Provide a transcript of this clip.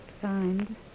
Signed